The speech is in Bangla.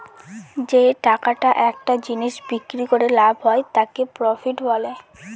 যে টাকাটা একটা জিনিস বিক্রি করে লাভ হয় তাকে প্রফিট বলে